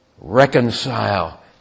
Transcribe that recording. reconcile